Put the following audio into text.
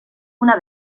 una